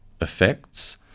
effects